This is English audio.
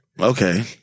Okay